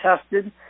tested